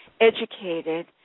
educated